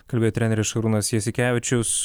kalbėjo treneris šarūnas jasikevičius